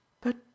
But